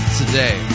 today